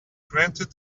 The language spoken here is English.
granted